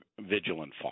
vigilant